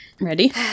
Ready